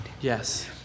Yes